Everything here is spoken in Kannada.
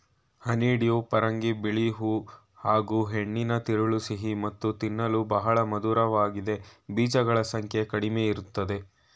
ಹನಿಡ್ಯೂ ಪರಂಗಿ ಬಿಳಿ ಹೂ ಹಾಗೂಹೆಣ್ಣಿನ ತಿರುಳು ಸಿಹಿ ಮತ್ತು ತಿನ್ನಲು ಬಹಳ ಮಧುರವಾಗಿದೆ ಬೀಜಗಳ ಸಂಖ್ಯೆ ಕಡಿಮೆಇರ್ತದೆ